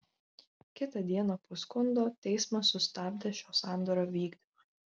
kitą dieną po skundo teismas sustabdė šio sandorio vykdymą